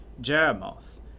Jeremoth